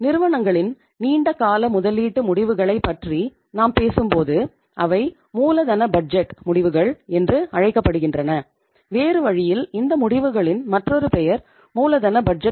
நிறுவனங்களின் நீண்ட கால முதலீட்டு முடிவுகளைப் பற்றி நாம் பேசும்போது அவை மூலதன பட்ஜெட்